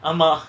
ஆமா:aama